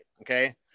okay